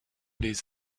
les